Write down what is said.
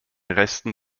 resten